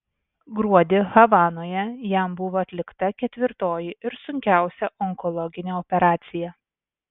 gruodį havanoje jam buvo atlikta ketvirtoji ir sunkiausia onkologinė operacija